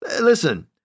Listen